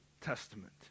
Testament